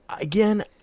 Again